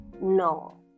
no